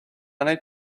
need